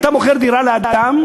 אתה מוכר דירה לאדם,